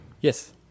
Yes